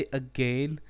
again